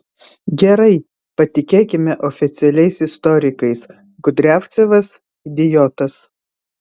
gerai patikėkime oficialiais istorikais kudriavcevas idiotas